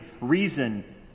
reason